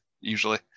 usually